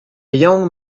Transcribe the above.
young